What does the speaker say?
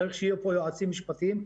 צריך לערב פה את היועצים המשפטיים,